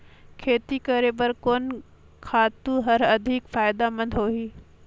खेती करे बर कोन खातु हर अधिक फायदामंद होही?